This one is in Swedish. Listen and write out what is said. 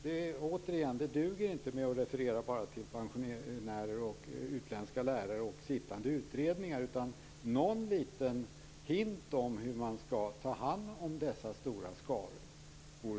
Det duger inte med att bara referera till pensionärer, utländska lärare och sittande utredningar. Det vore bra med någon liten antydan om hur man skall ta hand om dessa stora skaror.